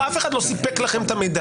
במקרה הזה אף אחד לא סיפק לכם את המידע.